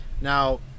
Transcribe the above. now